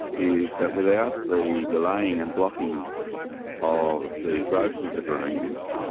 is that without the delaying and blocking of the growth of the greens,